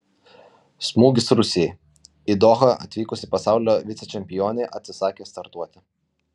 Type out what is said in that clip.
smūgis rusijai į dohą atvykusi pasaulio vicečempionė atsisakė startuoti